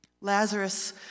Lazarus